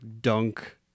dunk